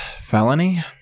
felony